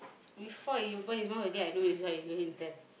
before he open his mouth already I know this is what he going to tell